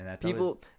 People